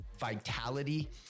vitality